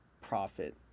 profit